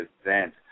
event